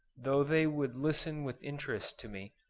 though they would listen with interest to me,